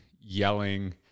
yelling